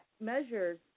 measures